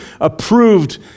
approved